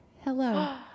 Hello